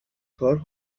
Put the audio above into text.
کار